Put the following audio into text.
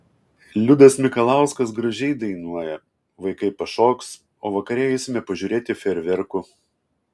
liudas mikalauskas gražiai dainuoja vaikai pašoks o vakare eisime pažiūrėti fejerverkų